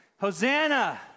Hosanna